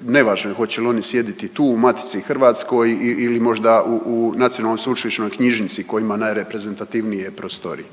Nevažno je hoće li oni sjediti tu u Matici hrvatskog ili možda u NSK koji ima najreprezentativnije prostorije.